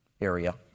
area